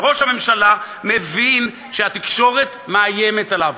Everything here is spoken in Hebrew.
וראש הממשלה מבין שהתקשורת מאיימת עליו,